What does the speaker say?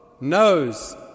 knows